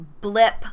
blip